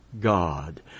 God